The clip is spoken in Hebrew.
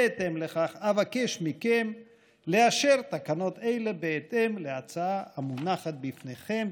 בהתאם לכך אבקש מכם לאשר תקנות אלה בהתאם להצעה המונחת בפניכם.